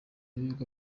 b’ibigo